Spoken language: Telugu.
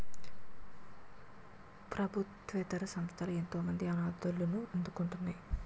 ప్రభుత్వేతర సంస్థలు ఎంతోమంది అనాధలను ఆదుకుంటున్నాయి